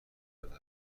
زده